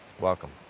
welcome